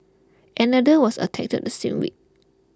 another was attacked the same week